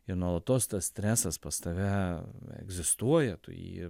ir nuolatos tas stresas pas tave egzistuoja tu jį